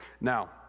Now